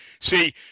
See